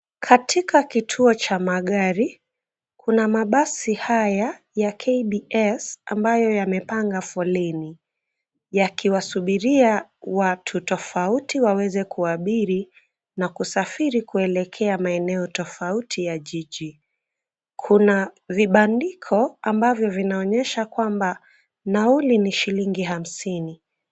Katika kituo cha magari, kuna mabasi haya ya "KBS" ambayo yamepanga foleni ,yakiwasubiri watu tofauti tofauti waweze kuabiri na kusafiri kuelekea maeneo tofauti ya jiji. Kuna vibandiko ambavyo vinaonyesha kwamba nauli ni shilingi hamsini.